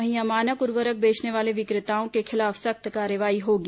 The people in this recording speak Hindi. वहीं अमानक उर्वरक बेचने वाले विक्रेताओं के खिलाफ सख्त कार्रवाई होगी